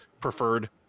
preferred